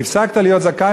הפסקת להיות זכאי.